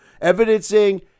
Evidencing